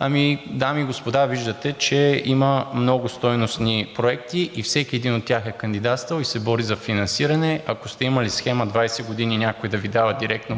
Ами, дами и господа, виждате, че има много стойностни проекти и всеки един от тях е кандидатствал и се бори за финансиране. Ако сте имали схема 20 години някой да Ви дава директно пари,